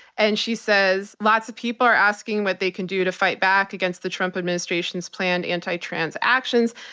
and she says, lots of people are asking what they can do to fight back against the trump administration's planned anti-trans actions.